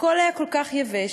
הכול היה כל כך יבש,